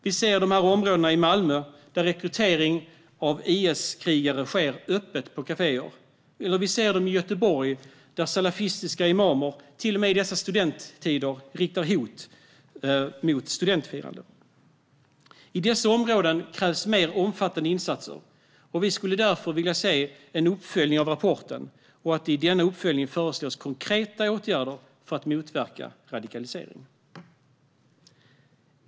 Vi ser sådana områden i Malmö där rekrytering av IS-krigare sker öppet på kaféer. Vi ser dem också i Göteborg där salafistiska imamer till och med i dessa studenttider riktar hot mot studentfirande. I dessa områden krävs mer omfattande insatser, och vi skulle därför vilja se en uppföljning av rapporten och att det i denna uppföljning föreslås konkreta åtgärder för att motverka radikalisering.